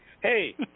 Hey